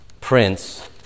Prince